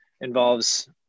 involves